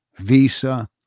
Visa